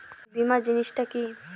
বীমা জিনিস টা কি?